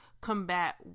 combat